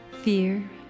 fear